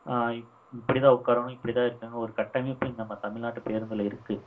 இப் இப்படி தான் உட்காரணும் இப்படி தான் இருக்கணும் ஒரு கட்டமைப்பு இந்த நம்ம தமிழ்நாட்டு பேருந்தில் இருக்குது